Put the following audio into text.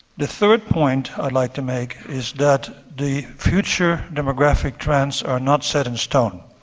the third point i'd like to make is that the future demographic trends are not set in stone.